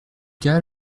cas